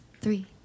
three